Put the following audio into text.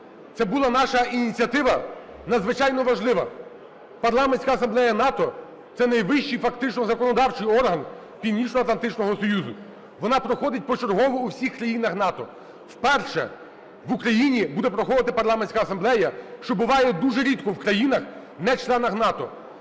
Це була наша ініціатива, надзвичайно важлива. Парламентська асамблея НАТО – це найвищий фактично законодавчий орган Північноатлантичного союзу. Вона проходить почергово у всіх країнах НАТО. Вперше в Україні буде проходити Парламентська асамблея, що буває дуже рідко в країнах нечленах НАТО.